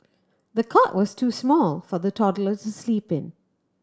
the cot was too small for the toddler to sleep in